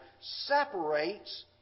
separates